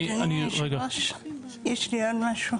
אדוני יושב הראש, יש לי עוד משהו.